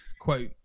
Quote